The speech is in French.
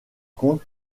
contre